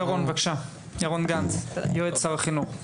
ירון גנץ, יועץ שר החינוך,